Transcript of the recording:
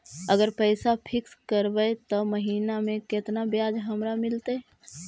अगर पैसा फिक्स करबै त महिना मे केतना ब्याज हमरा मिलतै?